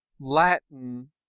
Latin